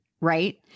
right